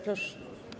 Proszę.